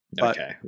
Okay